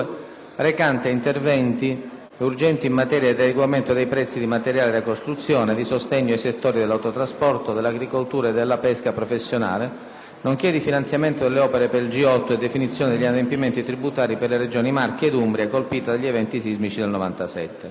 recante interventi urgenti in materia di adeguamento dei prezzi di materiali da costruzione, di sostegno ai settori dell'autotrasporto, dell'agricoltura e della pesca professionale, nonché di finanziamento delle opere per il G8 e definizione degli adempimenti tributari per le regioni Marche ed Umbria, colpite dagli eventi sismici del 1997